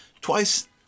Twice